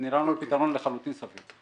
זה נראה פתרון בהחלט סביר.